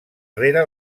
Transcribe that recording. rere